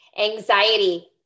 Anxiety